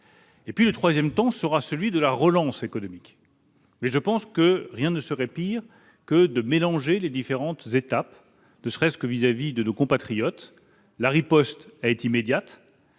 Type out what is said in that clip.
Le troisième temps sera celui de la relance économique. À mon avis, rien ne serait pire que de mélanger les différentes étapes, ne serait-ce que vis-à-vis de nos compatriotes. La riposte est immédiate